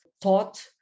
taught